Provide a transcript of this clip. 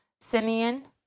Simeon